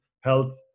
health